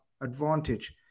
advantage